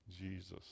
Jesus